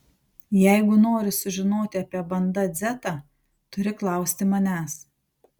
jeigu nori sužinoti apie banda dzeta turi klausti manęs